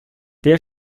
der